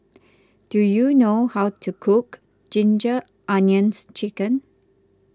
do you know how to cook Ginger Onions Chicken